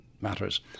matters